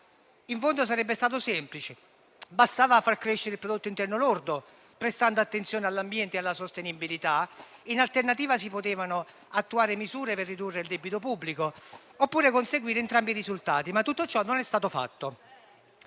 In fondo, sarebbe stato semplice: bastava far crescere il prodotto interno lordo, prestando attenzione all'ambiente e alla sostenibilità. In alternativa, si potevano attuare misure per ridurre il debito pubblico oppure conseguire entrambi i risultati. Tutto ciò, però, non è stato fatto.